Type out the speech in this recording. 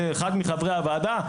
את זה אמר אחד מחברי הוועדה.